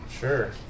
sure